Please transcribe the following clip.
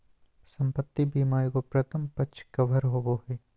संपत्ति बीमा एगो प्रथम पक्ष कवर होबो हइ